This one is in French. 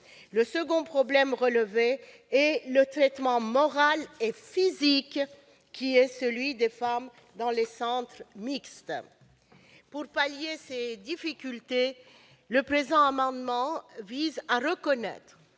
Le second problème relevé est le traitement moral et physique réservé aux femmes dans les centres mixtes. Pour pallier ces difficultés, le présent amendement vise à reconnaître